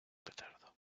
petardo